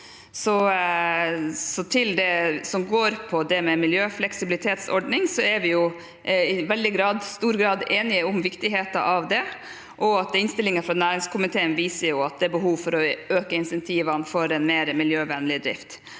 Når det gjelder miljøfleksibilitetsordning, er vi i veldig stor grad enige om viktigheten av den. Innstillingen fra næringskomiteen viser at det er behov for å øke insentivene for en mer miljøvennlig drift.